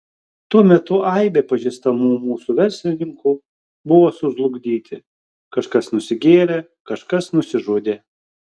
tuo metu aibė pažįstamų mūsų verslininkų buvo sužlugdyti kažkas nusigėrė kažkas nusižudė